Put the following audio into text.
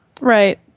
Right